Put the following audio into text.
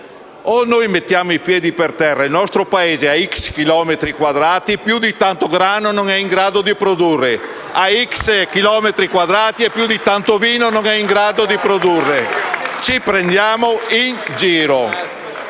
mettere i piedi per terra. Il nostro Paese ha "x" chilometri quadrati e più di tanto grano non è in grado di produrre; ha "x" chilometri quadrati e più di tanto vino non è in grado di produrre. Ci stiamo prendendo in giro.